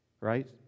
right